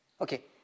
Okay